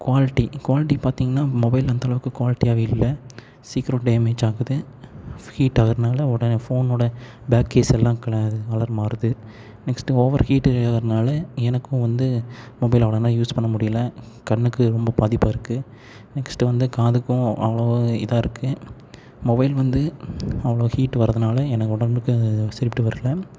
quality quality பார்த்திங்கனா mobile அந்தளவுக்கு குவாலிட்டியாகவே இல்லை சீக்கரம் டேமேஜ் ஆகுது ஹீட் ஆகிறதுனால உடனே ஃபோனோட பேக் கேஸ் எல்லாம் க கலர் மாறுது நெக்ஸ்ட் ஓவர் ஹீட் ஆகுறதுனால எனக்கும் வந்து மொபைல் அவ்வளவா யூஸ் பண்ண முடியல கண்ணுக்கு ரொம்ப பாதிப்பாக இருக்குது நெக்ஸ்ட் வந்து காதுக்கும் அவ்வளோவா இதாக இருக்குது மொபைல் வந்து அவ்வளோ ஹீட் வர்றதனால எனக்கு உடம்புக்கு சரிப்பட்டு வரல